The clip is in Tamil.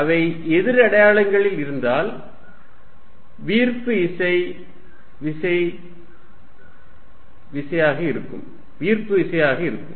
அவை எதிர் அடையாளங்களில் இருந்தால் விசை ஈர்ப்பு விசையாக இருக்கும்